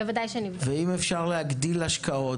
בוודאי שאני --- ואם אפשר להגדיל השקעות